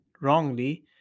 wrongly